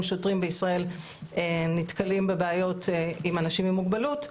שוטרים בישראל נתקלים בבעיות עם אנשים עם מוגבלות.